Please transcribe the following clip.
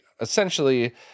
essentially